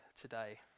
today